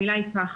המילה היא פחד.